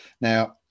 Now